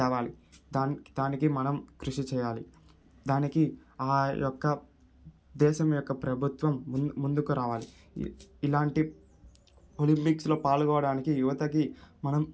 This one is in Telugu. తేవాలి దానికి దానికి మనం కృషి చేయాలి దానికి ఆ యొక్క దేశం యొక్క ప్రభుత్వం ముందు ముందుకు రావాలి ఇలాంటి ఒలింపిక్స్లో పాల్గొడానికి యువతకి మనం